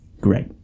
Great